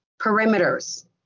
perimeters